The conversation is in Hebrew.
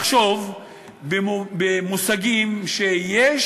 לחשוב במושגים, שיש